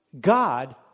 God